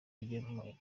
ajye